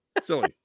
Silly